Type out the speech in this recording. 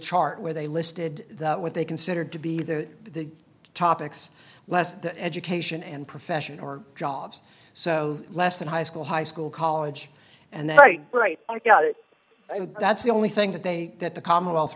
chart where they listed the what they considered to be the topics last the education and profession or jobs so less than high school high school college and the right right and that's the only thing that they that the commonwealth